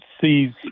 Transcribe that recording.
sees